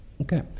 Okay